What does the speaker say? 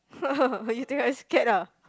oh you think I scared ah